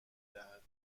دهد